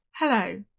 Hello